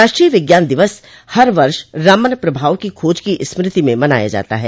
राष्ट्रीय विज्ञान दिवस हर वर्ष रमन प्रभाव की खोज की स्मृति में मनाया जाता है